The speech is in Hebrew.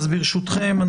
ברשותכם,